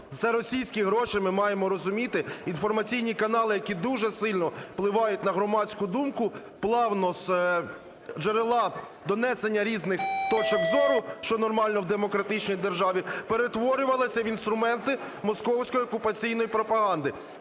за російські гроші, ми маємо розуміти, інформаційні канали, які дуже сильно впливають на громадську думку, плавно з джерела донесення різних точок зору, що нормально в демократичній державі, перетворювались в інструменти московської окупаційної пропаганди?